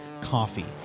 coffee